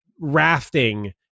rafting